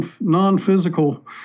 non-physical